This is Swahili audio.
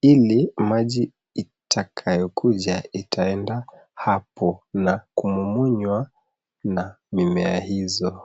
ili maji itakayokuja itaeda hapo na kumumunywa na mimea hizo.